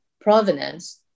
provenance